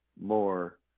more –